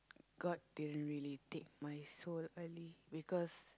god didn't really take my soul early because